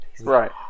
Right